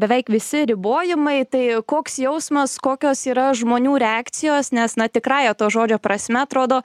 beveik visi ribojimai tai koks jausmas kokios yra žmonių reakcijos nes na tikrąja to žodžio prasme atrodo